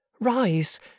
Rise